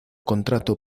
contrato